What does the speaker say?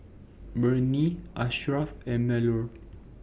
Murni Asharaff and Melur